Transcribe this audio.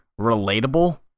relatable